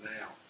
now